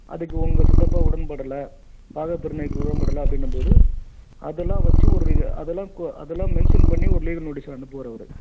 அதுக்கு உங்கள் சித்தப்பா உடன்படலை பாகப் பிரிவினைக்கு உடன்படலை அப்படின்னும் போது அதெல்லாம் வச்சி ஒரு அதெல்லாம் கோ அதெல்லாம் மென்ஷன் பண்ணி ஒரு லீகல் நோட்டீஸ் அனுப்புவார் அவர்